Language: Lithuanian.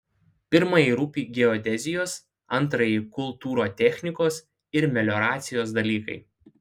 pirmajai rūpi geodezijos antrajai kultūrtechnikos ir melioracijos dalykai